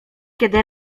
kiedy